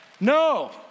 No